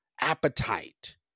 appetite